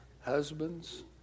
husbands